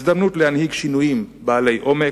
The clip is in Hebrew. הזדמנות להנהיג שינויים בעלי עומק,